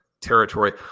territory